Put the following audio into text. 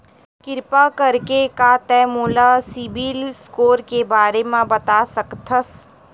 किरपा करके का तै मोला सीबिल स्कोर के बारे माँ बता सकथस?